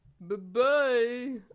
Bye-bye